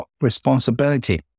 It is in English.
responsibility